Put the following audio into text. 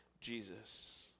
Jesus